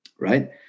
right